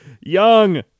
Young